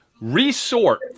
resort